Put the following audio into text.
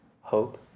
hope